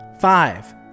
Five